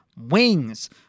wings